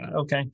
okay